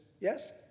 Yes